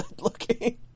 looking